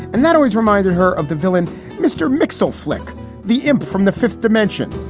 and that always reminded her of the villain mr. mcsally flick the imp from the fifth dimension,